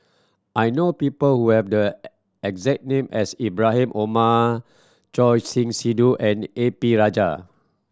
I know people who have the exact name as Ibrahim Omar Choor Singh Sidhu and A P Rajah